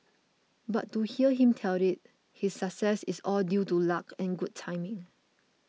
but to hear him tell it his success is all due to luck and good timing